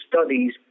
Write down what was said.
studies